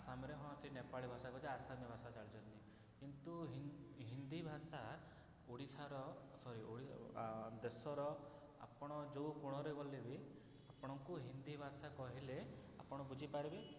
ଆସାମରେ ହଁ ସେ ନେପାଳି ଭାଷା କହୁ ଆସାମୀ ଭାଷା ଚାଲୁଛନ୍ତି କିନ୍ତୁ ହିନ୍ଦୀ ଭାଷା ଓଡ଼ିଶାର ଦେଶର ଆପଣ ଯେଉଁ କୋଣରେ ଗଲେ ବି ଆପଣଙ୍କୁ ହିନ୍ଦୀ ଭାଷା କହିଲେ ଆପଣ ବୁଝିପାରିବେ